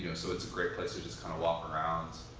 so it's a great place to just kinda walk around